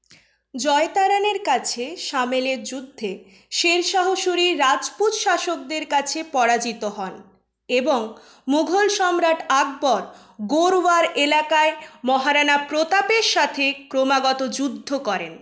জয়তারানের কাছে সামেলের যুদ্ধে শেরশাহ সুরি রাজপুত শাসকদের কাছে পরাজিত হন এবং মুঘল সম্রাট আকবর গোরওয়ার এলাকায় মহারানা প্রতাপের সাথে ক্রমাগত যুদ্ধ করেন